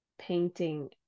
painting